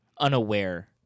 unaware